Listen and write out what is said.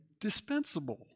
dispensable